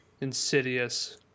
Insidious